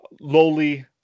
lowly